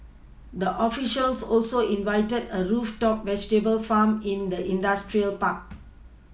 the officials also visited a rooftop vegetable farm in the industrial park